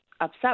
upset